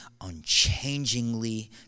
unchangingly